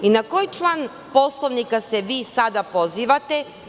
Na koji član Poslovnika se vi sada pozivate?